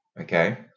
Okay